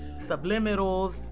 subliminals